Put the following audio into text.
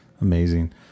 Amazing